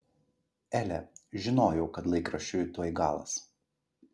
ele žinojau kad laikraščiui tuoj galas